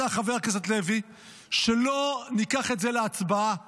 חבר הכנסת לוי שלא ניקח את זה להצבעה,